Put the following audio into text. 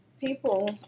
people